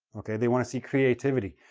okay, they want to see creativity.